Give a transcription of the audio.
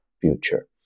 Future